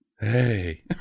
Hey